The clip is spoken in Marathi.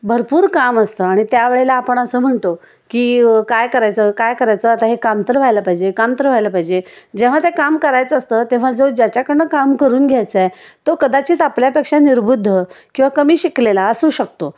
भरपूर काम असतं आणि त्या वेळेला आपण असं म्हणतो की काय करायचं काय करायचं आता हे काम तर व्हायला पाहिजे काम तर व्हायला पाहिजे जेव्हा ते काम करायचं असतं तेव्हा जो ज्याच्याकडून काम करून घ्यायचं आहे तो कदाचित आपल्यापेक्षा निर्बुद्ध किंवा कमी शिकलेला असू शकतो